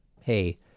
hey